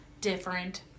different